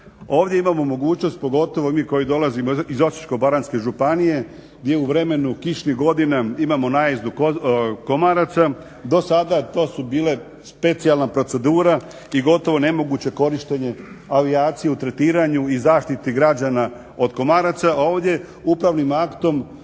Ovdje imamo mogućnost pogotovo mi koji dolazimo iz Osječko-baranjske županije gdje u vremenu kišnih godina imamo najezdu komaraca do sada to su bile specijalne procedure i gotovo nemoguće korištenje avijacije u tretiranju i zaštiti građana od komaraca a ovdje upravnim aktom